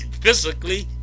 physically